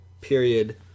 period